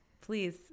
please